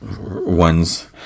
ones